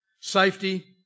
Safety